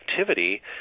activity